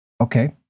Okay